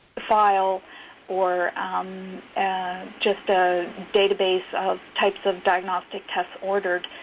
file or um and just a database of types of diagnostic tests ordered,